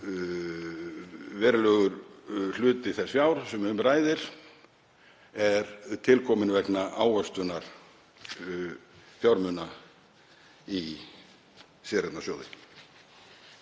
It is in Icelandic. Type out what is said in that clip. verulegur hluti þess fjár sem um ræðir er til kominn vegna ávöxtunar fjármuna í séreignarsjóði.